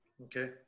Okay